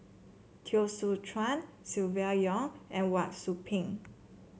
Teo Soon Chuan Silvia Yong and Wang Sui Pink